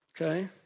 Okay